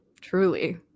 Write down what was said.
Truly